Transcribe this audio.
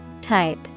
Type